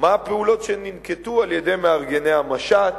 מה הפעולות שננקטו על-ידי מארגני המשט,